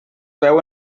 veu